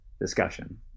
discussion